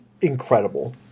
incredible